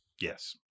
Yes